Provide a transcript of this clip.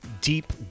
deep